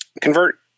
convert